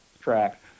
track